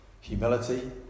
humility